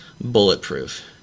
bulletproof